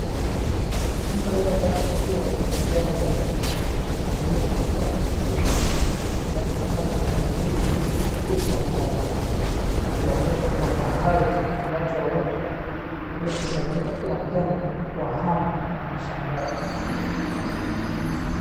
Mtu aliyevaa kofia ya kijani ya KDF ananyanyua kifaa kikubwa kinachofanana na pingili ya uchi wa mgongo akiwaonyesha kwa fahari umati wa watu waliokusanyika uwanjani kwa hamu na mashangao.